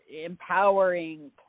empowering